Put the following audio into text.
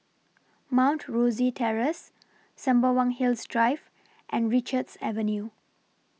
Mount Rosie Terrace Sembawang Hills Drive and Richards Avenue